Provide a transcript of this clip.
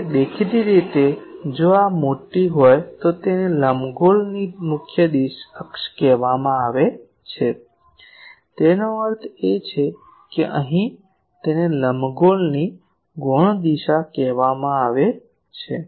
તેથી દેખીતી રીતે જો આ મોટી હોય તો તેને લંબગોળની મુખ્ય અક્ષ કહેવામાં આવે છે તેનો અર્થ એ છે કે અહીં તેને લંબગોળની ગૌણ અક્ષ કહેવામાં આવે છે